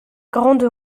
grande